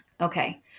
okay